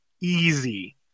Easy